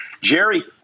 Jerry